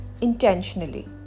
intentionally